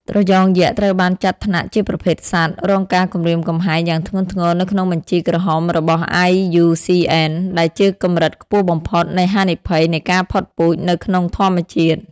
ត្រយងយក្ស ត្រូវបានចាត់ថ្នាក់ជាប្រភេទសត្វ រងការគំរាមកំហែងយ៉ាងធ្ងន់ធ្ងរ នៅក្នុងបញ្ជីក្រហមរបស់ IUCN ដែលជាកម្រិតខ្ពស់បំផុតនៃហានិភ័យនៃការផុតពូជនៅក្នុងធម្មជាតិ។